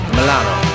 Milano